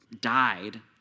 died